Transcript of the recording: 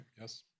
Yes